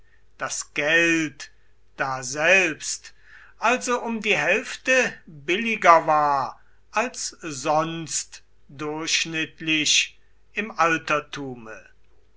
das geld daselbst also um die hälfte billiger war als sonst durchschnittlich im altertume